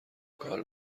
کار